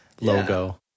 logo